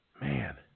Man